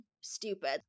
stupid